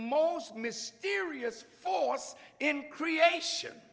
most mysterious force in creation